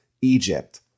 Egypt